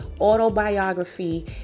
autobiography